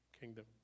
kingdom